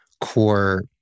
core